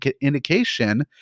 indication